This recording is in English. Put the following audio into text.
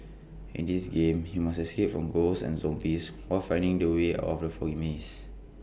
in this game you must escape from ghosts and zombies while finding the way out of the foggy maze